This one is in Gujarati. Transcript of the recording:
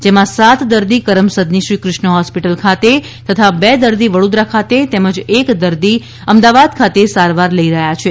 જેમાં સાત દર્દી કરમસદની શ્રીકૃષ્ણ હોસ્પિટલ ખાતે તથા બે દર્દી વડોદરા ખાતે તેમજ એક દર્દી અમદાવાદ ખાતે સારવાર લઇ રહ્યા છે